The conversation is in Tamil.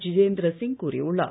ஜிதேந்திர சிங் கூறியுள்ளார்